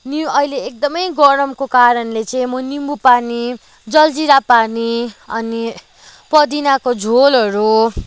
नि अहिले एकदमै गरमको कारणले चाहिँ म निम्बुपानी जलजिरा पानी अनि पुदिनाको झोलहरू